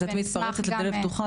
אז את מצטרפת לדלת פתוחה,